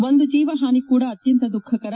ಒಂದು ಜೀವ ಹಾನಿ ಕೂಡ ಅತ್ಯಂತ ದುಃಖಕರ